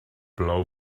plou